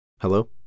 Hello